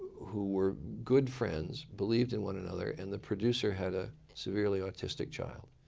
who were good friends, believed in one another, and the producer had a severely autistic child.